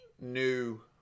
new